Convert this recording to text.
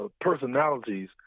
personalities